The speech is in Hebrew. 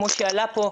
כמו שעלה פה,